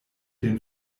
den